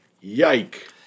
yike